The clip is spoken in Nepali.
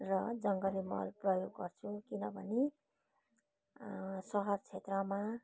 र जङ्गली मल प्रयोग गर्छु किनभने सहर क्षेत्रमा